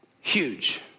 huge